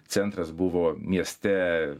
centras buvo mieste